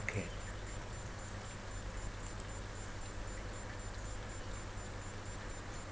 okay